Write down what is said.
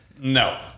No